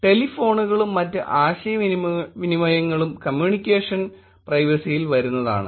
ടെലഫോണുകളുംമറ്റ് ആശയവിനിമയങ്ങളും കമ്മ്യൂണിക്കേഷൻ പ്രൈവസിയിൽ വരുന്നതാണ്